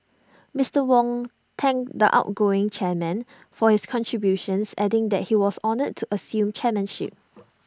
Mister Wong thanked the outgoing chairman for his contributions adding that he was honoured to assume chairmanship